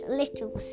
little